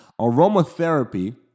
Aromatherapy